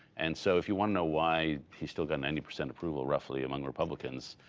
and so if you want to know why he's still got ninety percent approval roughly among republicans,